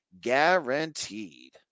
guaranteed